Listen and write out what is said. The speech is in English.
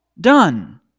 done